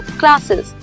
classes